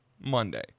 Monday